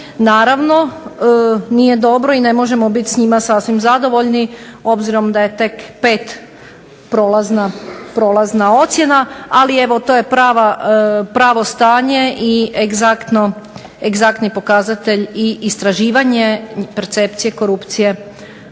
Naravno, nije dobro i ne možemo biti s njima sasvim zadovoljni, obzirom da je tek 5 prolazna ocjena, ali evo to je pravo stanje i egzaktni pokazatelj i istraživanje percepcije korupcije